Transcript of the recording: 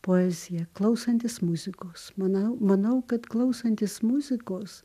poeziją klausantis muzikos manau manau kad klausantis muzikos